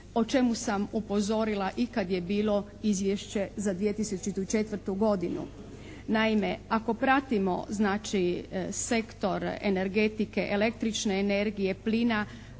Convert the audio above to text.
o čemu sam upozorila i kad je bilo izvješće za 2004. godinu. Naime, ako pratimo znači sektor energetike, električne energije, plina,